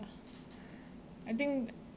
I think